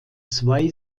zwei